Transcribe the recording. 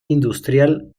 industrial